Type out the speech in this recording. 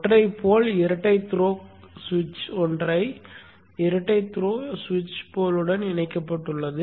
ஒற்றை போல் இரட்டை த்ரோக்கள் சுவிட்ச் ஒற்றை போல் இரட்டை த்ரோக்கள் சுவிட்சின் போலுடன் இணைக்கப்பட்டுள்ளது